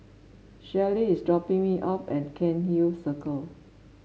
Shelly is dropping me off at Cairnhill Circle